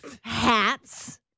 hats